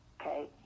Okay